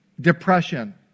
depression